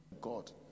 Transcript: God